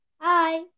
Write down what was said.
Hi